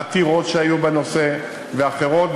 עתירות שהיו בנושא ואחרות,